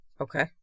Okay